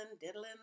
diddling